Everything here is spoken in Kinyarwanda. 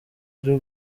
ari